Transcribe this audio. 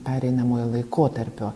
pereinamojo laikotarpio